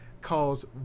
calls